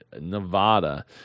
Nevada